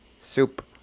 Soup